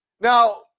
Now